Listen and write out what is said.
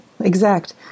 exact